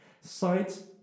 Sites